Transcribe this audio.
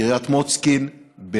בקריית מוצקין,